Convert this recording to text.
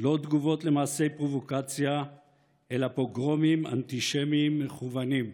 לא תגובות למעשי פרובוקציה אלא פוגרומים אנטישמיים מכוונים,